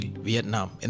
Vietnam